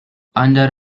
under